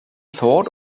thought